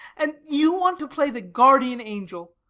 and you want to play the guardian angel